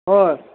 হয়